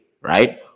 right